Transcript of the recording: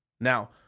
Now